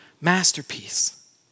masterpiece